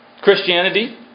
Christianity